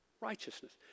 Righteousness